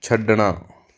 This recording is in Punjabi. ਛੱਡਣਾ